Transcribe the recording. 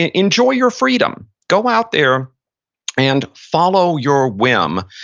and enjoy your freedom. go out there and follow your whim.